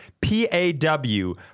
P-A-W